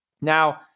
Now